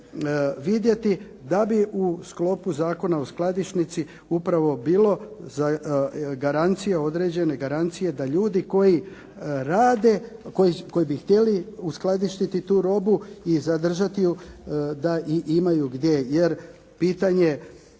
da bi u sklopu Zakona o skladišnici upravo bila garancija, određene garancije da ljudi koji rade, koji bi htjeli uskladištiti tu robu i zadržati ju da i imaju gdje, jer pitanje